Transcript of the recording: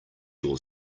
your